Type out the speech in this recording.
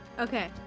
Okay